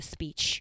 Speech